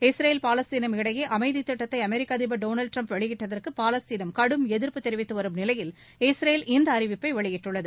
Israel பாலஸ்தீனம் இடையே அமைதி திட்டத்தை அமெரிக்க அதிபர் திரு டொனால்டு டிரம்ப் வெளியிட்டதற்கு பாலஸ்தீனம் கடும் எதிர்ப்பு தெரிவித்து வரும் நிலையில் இஸ்ரேல் இந்த அறிவிப்பை வெளியிட்டுள்ளது